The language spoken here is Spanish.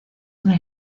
una